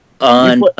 On